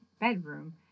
bedroom